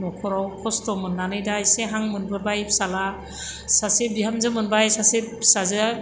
नखराव खस्थ' मोननानै दा एसे हां मोनबोबाय फिसाला सासे बिहामजो मोनबाय सासे फिसाजो